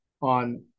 on